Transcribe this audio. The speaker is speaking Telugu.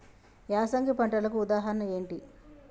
యాసంగి పంటలకు ఉదాహరణ ఏంటి?